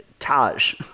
Taj